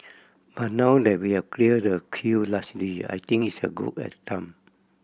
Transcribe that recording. but now that we have cleared the queue largely I think it's as good a time